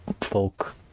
folk